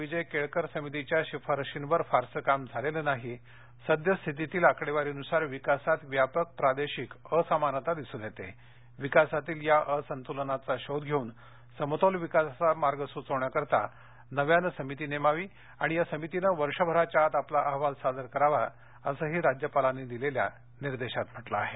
विजय केळकर समितीच्या शिफारशींवर फारसं काम झालं नाही सद्यस्थितीतील आकडेवारीनुसार विकासात व्यापक प्रादेशिक असमानता दिसून येते विकासातील या असंतुलनाचा शोध घेऊन समतोल विकासाचा मार्ग सुचवण्याकरता नव्यानं समिती नेमावी आणि या समितीनं वर्षभराच्या आत आपला अहवाल सादर करावा असंही राज्यपालांनी दिलेल्या निर्देशात म्हटलं आहे